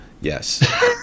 yes